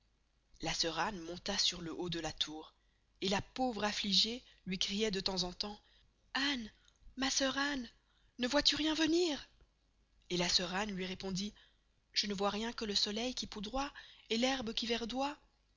la sœur anne monta sur le haut de la tour et la pauvre affligée luy crioit de temps en temps anne ma sœur anne ne vois-tu rien venir et la sœur anne luy répondoit je ne vois rien que le soleil qui poudroye et l'herbe qui verdoye